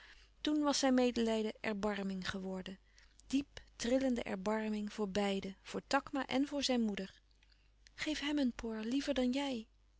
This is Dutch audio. toen was zijn medelijden erbarming geworden diep trillende erbarming voor beiden voor takma en voor zijn moeder geef hem een por liever hij dan jij